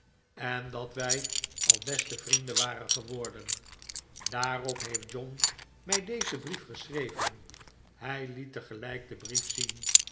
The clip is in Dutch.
en dat wij al beste vrienden waren geworden daarop heeft john mij dezen brief geschreven hij liet tegelijk de brief zien